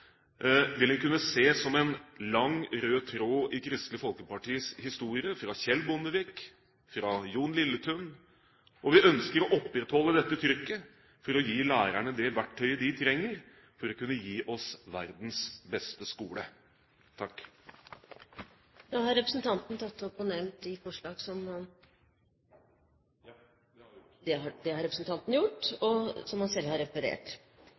vil en kunne se som en lang, rød tråd i Kristelig Folkepartis historie, fra Kjell Bondevik, fra Jon Lilletun, og vi ønsker å opprettholde dette trykket for å gi lærerne det verktøyet de trenger for å kunne gi oss verdens beste skole. Ønsker representanten å ta opp forslag? Ja. Da har representanten Geir Jørgen Bekkevold tatt opp forslaget fra Kristelig Folkeparti og Venstre. Jeg har